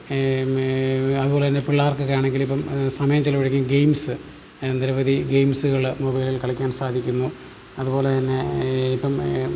അതുപോലെ തന്നെ പിള്ളാർക്കൊക്കെയാണെങ്കിൽ ഇപ്പം സമയം ചിലവഴിക്കാൻ ഗെയിംസ് നിരവധി ഗെയിംസുകൾ മൊബൈലിൽ കളിയ്ക്കാൻ സാധിക്കുന്നു അതുപോലെ തന്നെ ഇപ്പം